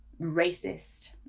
racist